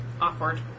Awkward